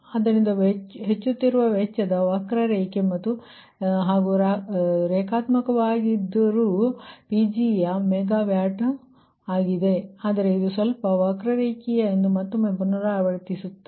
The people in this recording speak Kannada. ಆದ್ದರಿಂದ ಅದು ಹೆಚ್ಚುತ್ತಿರುವ ವೆಚ್ಚದ ವಕ್ರರೇಖೆ ಹಾಗೂ ರೇಖಾತ್ಮಕವಾಗಿದ್ದರೂ Pgಯು ಮೆಗಾವ್ಯಾಟ್ ಆಗಿದೆ ಆದರೆ ಇದು ಸ್ವಲ್ಪ ವಕ್ರ ರೇಖೀಯ ಎಂದು ಮತ್ತೊಮ್ಮೆ ಪುನರಾವರ್ತಿಸುತ್ತದೆ